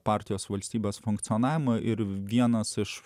partijos valstybės funkcionavimą ir vienas iš